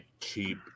cheap